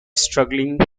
struggling